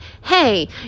hey